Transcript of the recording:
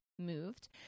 Moved